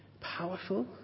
Powerful